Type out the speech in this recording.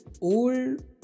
Old